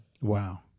Wow